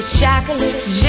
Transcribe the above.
chocolate